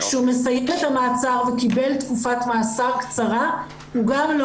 כשהוא מסיים את המעצר וקיבל תקופת מאסר קצרה הוא גם לא